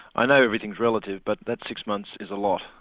i know everything's relative but that six months is a lot.